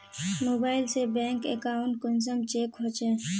Mobile से bank account कुंसम check होचे?